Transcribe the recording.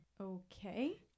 okay